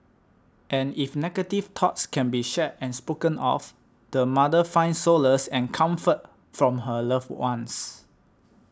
and if negative thoughts can be shared and spoken of the mother finds solace and comfort from her loved ones